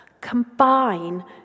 combine